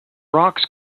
rocks